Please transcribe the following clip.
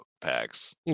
packs